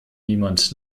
niemand